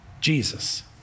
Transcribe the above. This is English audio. Jesus